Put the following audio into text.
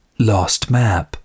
lostmap